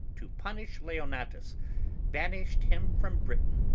to punish leonatus, banished him from britain.